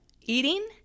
eating